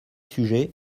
sujets